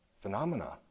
phenomena